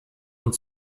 und